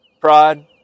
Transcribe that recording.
pride